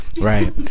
right